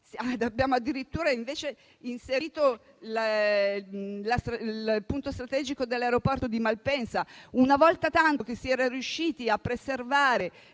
abbiamo addirittura inserito il punto strategico dell'aeroporto di Malpensa. Una volta tanto che si era riusciti a preservare